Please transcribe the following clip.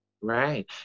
Right